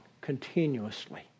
continuously